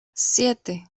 siete